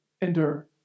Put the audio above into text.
endure